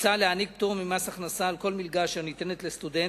מוצע להעניק פטור ממס הכנסה על כל מלגה אשר ניתנת לסטודנט,